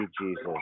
Jesus